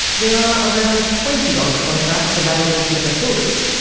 there are around twenty odd contracts available for the matildas,